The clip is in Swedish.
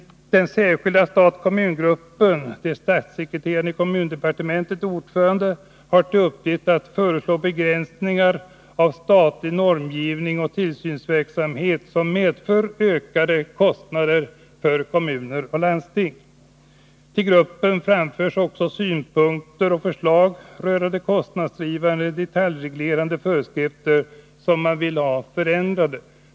Den särskilda stat-kommungruppen, där statssekreteraren i kommundepartementet är ordförande, har till uppgift att föreslå begränsningar av statlig normgivning och tillsynsverksamhet som medför ökade kostnader för kommuner och landsting. Till gruppen framförs också synpunkter och förslag rörande kostnadsdrivande och detaljreglerande föreskrifter som man vill ha förändrade.